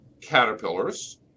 caterpillars